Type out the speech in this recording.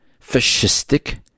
fascistic